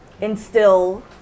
instill